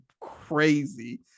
crazy